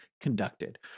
conducted